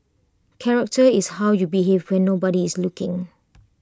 character is how you behave when nobody is looking